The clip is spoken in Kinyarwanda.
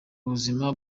buzima